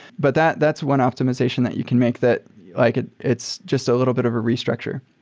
but that that's one optimization that you can make that like it's just a little bit of a restructure.